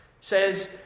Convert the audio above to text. says